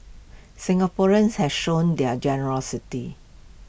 Singaporeans have shown their generosity